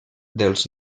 dels